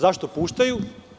Zašto puštaju?